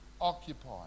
occupy